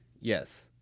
Yes